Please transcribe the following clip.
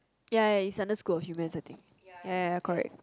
ya ya it's under school of humans I think ya ya ya correct